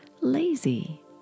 lazy